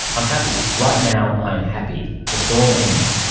i'm happy. right now, i am happy. the storm ends.